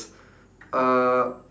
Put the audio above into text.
uh